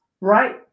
Right